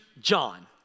John